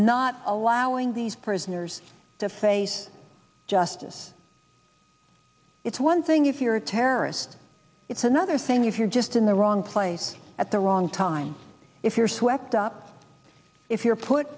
not allowing these prisoners to face justice it's one thing if you're a terrorist it's another thing if you're just in the wrong place at the wrong time if you're swept up if you're put